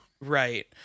Right